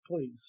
please